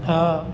હા